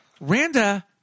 Randa